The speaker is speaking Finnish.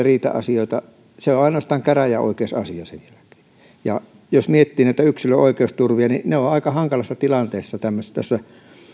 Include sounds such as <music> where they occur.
<unintelligible> riita asioita eteenpäin ja se on ainoastaan käräjäoikeusasia jos miettii näitä yksilön oikeusturvia ne ovat aika hankalassa tilanteessa tässä